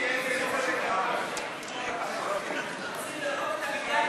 חלוקתי ולשוויון חברתי נתקבלה.